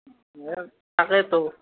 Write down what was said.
তাকেতো